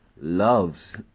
loves